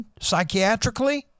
psychiatrically